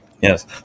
Yes